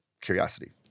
Curiosity